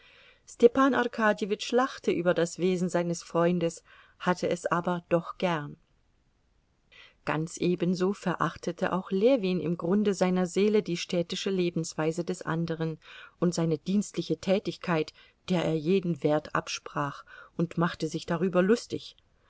arkadjewitsch lachte über das wesen seines freundes hatte es aber doch gern ganz ebenso verachtete auch ljewin im grunde seiner seele die städtische lebensweise des anderen und seine dienstliche tätigkeit der er jeden wert absprach und machte sich darüber lustig